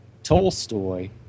Tolstoy